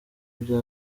bya